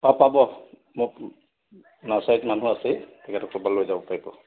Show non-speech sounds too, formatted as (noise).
অ পাব মোক নাৰ্চাৰীত মানুহ আছেই তেখেতক (unintelligible) লৈ যাব পাৰিব